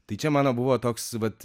tai čia mano buvo toks vat